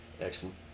Excellent